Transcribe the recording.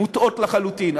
מוטעות לחלוטין,